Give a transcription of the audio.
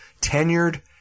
tenured